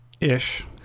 ish